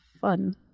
fun